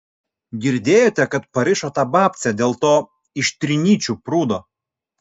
girdėjote kad parišo tą babcę dėl to iš trinyčių prūdo